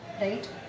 right